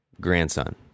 grandson